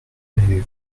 mais